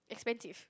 expensive